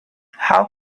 how